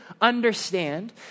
understand